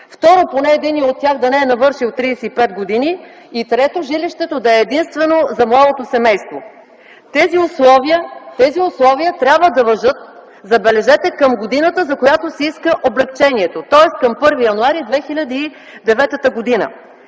второ, поне единият от тях да не е навършил 35 години; и трето, жилището да е единствено за младото семейство. Тези условия трябва да важат – забележете! – към годината, за която се иска облекчението, тоест към 1 януари 2009 г.,